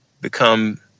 become